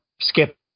Skip